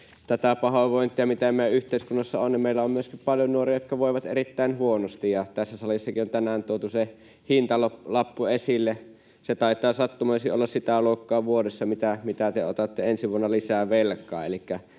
tätä pahoinvointia, mitä meidän yhteiskunnassamme on, eli meillä on myöskin paljon nuoria, jotka voivat erittäin huonosti. Tässä salissakin on tänään tuotu sen hintalappu esille, ja se taitaa sattumoisin olla sitä luokkaa vuodessa kuin mitä te otatte ensi vuonna lisää velkaa.